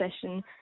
session